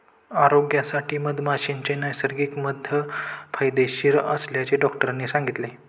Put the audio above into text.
आरोग्यासाठी मधमाशीचे नैसर्गिक मध फायदेशीर असल्याचे डॉक्टरांनी सांगितले